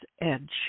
edge